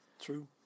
True